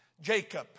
Jacob